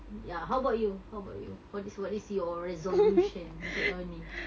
ya how about you how about you what is what is your resolution untuk tahun ni